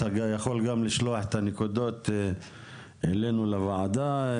אתה גם יכול לשלוח את הנקודות אלינו לוועדה.